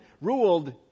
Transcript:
ruled